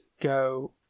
go